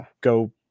go